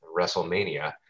WrestleMania